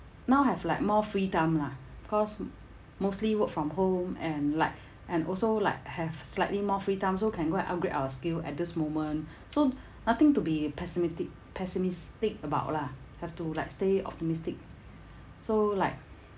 now have like more free time lah cause m~ mostly work from home and like and also like have slightly more free time so can go and upgrade our skill at this moment so nothing to be pessimistic pessimistic about lah have to like stay optimistic so like